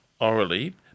orally